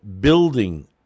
building